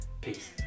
Peace